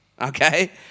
Okay